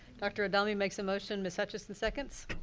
dr. adame makes a motion. ms. hutchinson seconds?